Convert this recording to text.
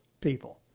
people